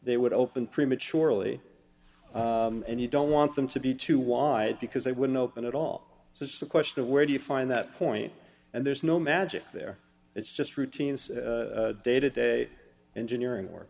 they would open prematurely and you don't want them to be too wide because they wouldn't open at all so it's a question of where do you find that point and there's no magic there it's just routine day to day engineering wor